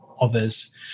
others